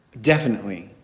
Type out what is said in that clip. definitely,